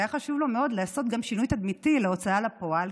שהיה חשוב לו מאוד לעשות גם שינוי תדמיתי להוצאה לפועל,